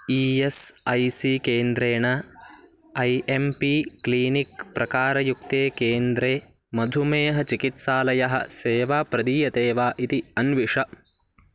E S I C केन्द्रेण A M P clinic प्रकारयुक्ते केन्द्रे मधुमेह चिकित्सालयः सेवा प्रदीयते वा इति अन्विष